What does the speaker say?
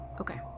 Okay